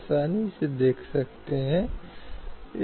अब समान नागरिक संहिता का मुद्दा यहां क्यों प्रासंगिक हो गया है